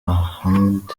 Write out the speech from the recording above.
ahmed